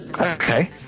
Okay